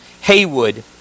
Haywood